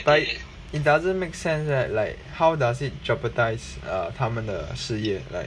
but it doesn't make sense that like how does it jeopardize uh 他们的事业 like